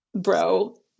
bro